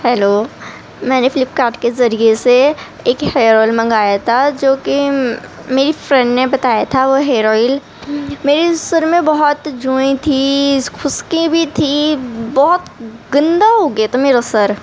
hello میں نے Flipkart کے ذریعہ سے ایک ہیئر آئل منگایا تھا جو کہ میری فرینڈ نے بتایا تھا وہ ہیئر آئل میرے سر میں بہت جوئیں تھیں خشکی بھی تھی بہت گندا ہوگیا تھا میرا سر